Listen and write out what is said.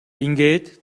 ингээд